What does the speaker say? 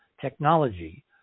technology